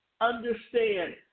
understand